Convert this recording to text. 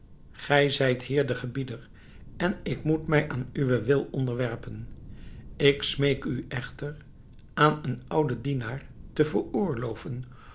gij zijt hier de gebieder en ik moet mij aan uwen wil onderwerpen ik smeek u echter aan een ouden dienaar te veroorloven